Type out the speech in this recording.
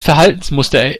verhaltensmuster